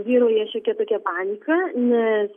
vyrauja šiokia tokia panika nes